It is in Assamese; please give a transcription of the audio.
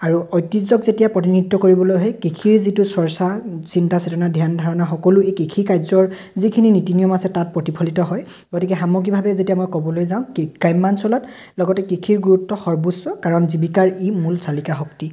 আৰু ঐতিহ্যক যেতিয়া প্ৰতিনিধিত্ব কৰিবলৈ কৃষিৰ যিটো চৰ্চা চিন্তা চেতনা ধ্যান ধাৰণা সকলো এই কৃষি কাৰ্যৰ যিখিনি নীতি নিয়ম আছে তাত প্ৰতিফলিত হয় গতিকে সামগ্ৰিকভাৱে যেতিয়া মই ক'বলৈ যাওঁ গ্ৰাম্যাঞ্চলত লগতে কৃষিৰ গুৰুত্ব সৰ্বোচ্চ কাৰণ জীৱিকাৰ ই মূল চালিকা শক্তি